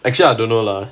actually I don't know lah